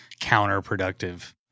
counterproductive